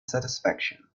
satisfaction